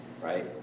right